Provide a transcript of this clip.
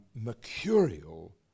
mercurial